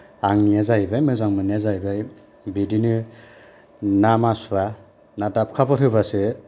आंनिया जाहैबाय मोजां मोननाया जाहैबाय बिदिनो ना मासुवा ना दाबखाफोर होबासो